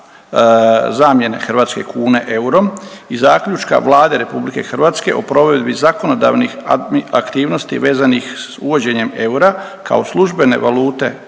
zamjene hrvatske kune eurom i Zaključka Vlade RH o provedbi zakonodavnih aktivnosti vezanih sa uvođenjem eura kao službene valute u